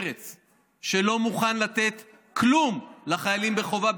שלא מוכן לתת כלום לחיילים בחובה,